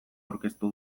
aurkeztu